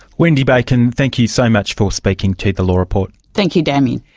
wendy bacon, thank you so much for speaking to the law report. thank you damien.